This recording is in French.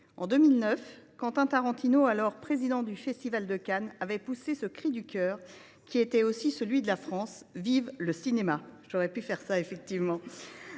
en 2009, Quentin Tarantino, alors président du Festival de Cannes, avait poussé ce cri du cœur, qui est aussi celui de la France :« Vive le cinéma !»